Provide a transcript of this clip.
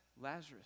Lazarus